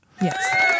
yes